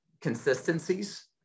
consistencies